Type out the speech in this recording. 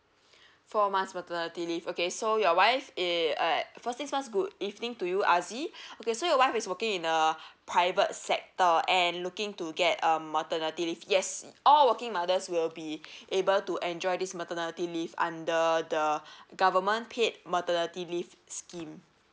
four months maternity leave okay so your wife is uh first thing first good evening to you azie okay so your wife is working in a private sector and looking to get um maternity leave yes all working mothers will be able to enjoy this maternity leave under the government paid maternity leave scheme